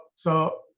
so,